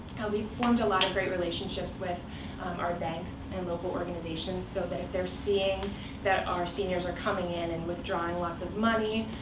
we've formed a lot of great relationships with our banks and local organizations so that if they're seeing that our seniors are coming in and withdrawing lots of money,